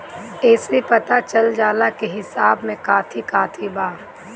एसे पता चल जाला की हिसाब में काथी काथी बा